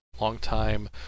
longtime